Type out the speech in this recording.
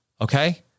okay